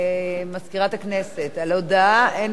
מזכירת הכנסת, על הודעה אין זכות תגובה,